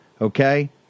Okay